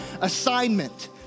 assignment